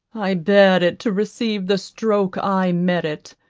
i bare it to receive the stroke i merit.